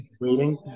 waiting